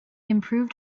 improved